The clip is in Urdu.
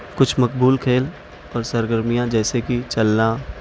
کچھ مقبول کھیل اور سرگرمیاں جیسے کہ چلنا